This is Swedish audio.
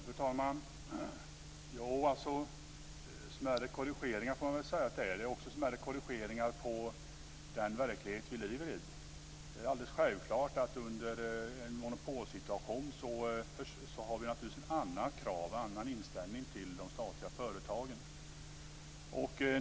Fru talman! Smärre korringeringar får man säga att det är. Det är också smärre korrigeringar av den verklighet vi lever i. Det är alldeles självklart att vi under en monopolsituation har andra krav och en annan inställning till de statliga företagen.